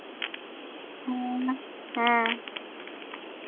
ᱦᱮ ᱢᱟ ᱦᱮᱸ